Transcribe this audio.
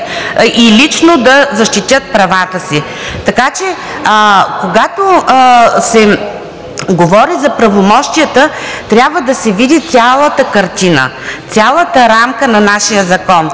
и лично да защитят правата си. Така че, когато се говори за правомощията, трябва да се види цялата картина. Цялата рамка на нашия закон.